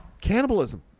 cannibalism